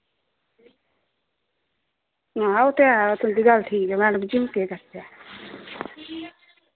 हां ओह् ते ऐ तुं'दी गल्ल ठीक ऐ मैडम जी हु'न केह् करचै